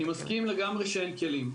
אני מסכים לגמרי שאין כלים,